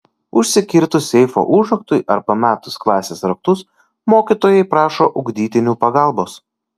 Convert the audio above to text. užsikirtus seifo užraktui ar pametus klasės raktus mokytojai prašo ugdytinių pagalbos